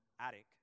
attic